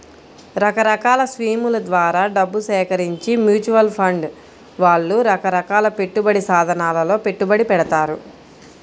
రకరకాల స్కీముల ద్వారా డబ్బు సేకరించి మ్యూచువల్ ఫండ్ వాళ్ళు రకరకాల పెట్టుబడి సాధనాలలో పెట్టుబడి పెడతారు